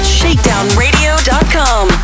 shakedownradio.com